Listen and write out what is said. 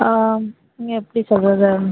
இங்கே எப்படி சொல்கிறது